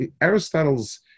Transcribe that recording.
Aristotle's